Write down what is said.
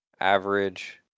average